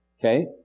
Okay